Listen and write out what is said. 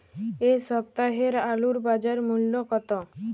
এ সপ্তাহের আলুর বাজার মূল্য কত?